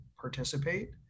participate